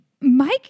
Mike